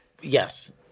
Yes